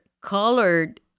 colored